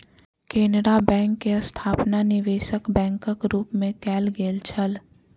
Canara bank के स्थापना निवेशक बैंकक रूप मे कयल गेल छल